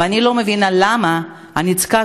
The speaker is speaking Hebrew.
ואני לא מבינה למה אני צריכה,